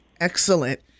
Excellent